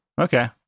Okay